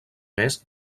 mes